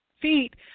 feet